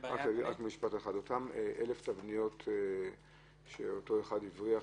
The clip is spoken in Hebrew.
אותן 1,000 תבניות שאותו אחד הבריח,